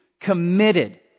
committed